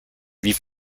wie